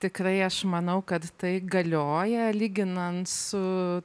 tikrai aš manau kad tai galioja lyginant su